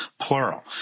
plural